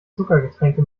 zuckergetränke